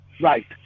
Right